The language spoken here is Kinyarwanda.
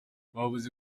bavuze